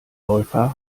läufer